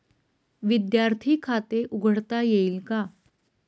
विद्यार्थी खाते उघडता येईल का?